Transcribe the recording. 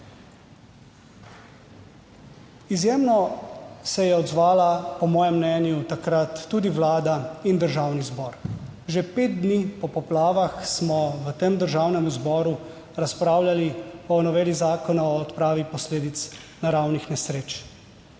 Izjemno se je odzvala po mojem mnenju takrat tudi Vlada in Državni zbor; že pet dni po poplavah smo v tem Državnem zboru razpravljali o noveli Zakona o odpravi posledic naravnih nesreč